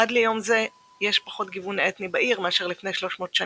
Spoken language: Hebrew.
עד ליום זה יש פחות גיוון אתני בעיר מאשר לפני 300 שנים.